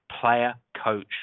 player-coach